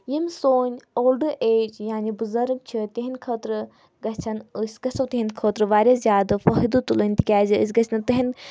یِم سون old age یعنے بُزَرگ چھِ تِہِنٛدِ خٲطرٕ گژھن أسۍ گژھَو تِہِنٛدِ خٲطرٕ واریاہ زیادٕ فٲہِدٕ تُلٕنۍ تِکیازِ أسۍ گژھِ نہٕ تِہنٛدۍ